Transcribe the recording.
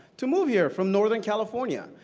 to move here from northern california.